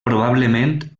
probablement